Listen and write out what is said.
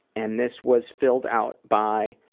and this was filled out by